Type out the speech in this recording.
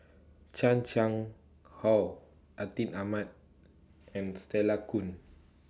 Chan Chang How Atin Amat and Stella Kon